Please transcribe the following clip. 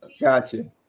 gotcha